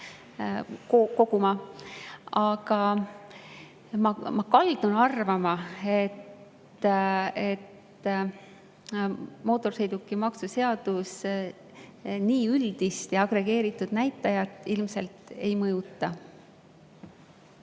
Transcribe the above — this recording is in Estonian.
koguma. Aga ma kaldun arvama, et mootorsõidukimaksu seadus nii üldist ja agregeeritud näitajat ilmselt ei mõjuta.